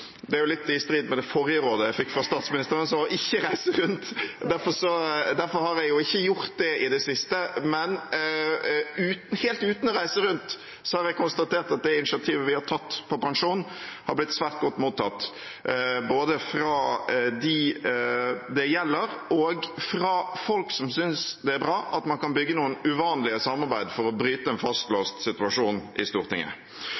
Det er jo litt i strid med det forrige rådet jeg fikk av statsråden, som var å ikke reise rundt. Derfor har jeg jo ikke gjort det i det siste, men helt uten å reise rundt har jeg konstatert at det initiativet vi har tatt på pensjon, har blitt svært godt mottatt – både fra dem det gjelder, og fra folk som synes det er bra at man kan bygge noen uvanlige samarbeid for å bryte en fastlåst situasjon i Stortinget.